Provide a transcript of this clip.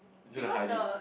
hide it